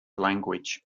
language